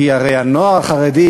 כי הרי הנוער החרדי,